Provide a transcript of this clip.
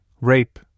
rape